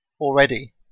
already